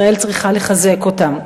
ישראל צריכה לחזק אותם.